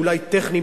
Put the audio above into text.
אולי טכניים,